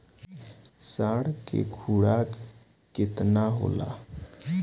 साँढ़ के खुराक केतना होला?